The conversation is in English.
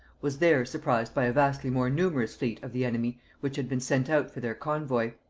was there surprised by a vastly more numerous fleet of the enemy which had been sent out for their convoy.